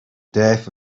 death